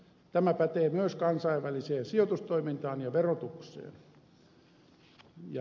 tämä pätee myös kansainväliseen sijoitustoimintaan ja verotukseen